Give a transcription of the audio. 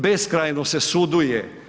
Beskrajno se suduje.